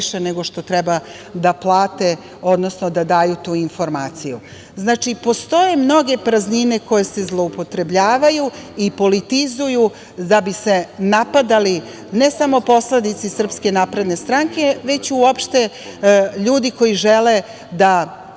nego što treba da plate, odnosno da daju tu informaciju. Znači, postoje mnoge praznine koje se zloupotrebljavaju i politizuju da bi se napadali ne samo poslanici SNS, već uopšte ljudi koji žele da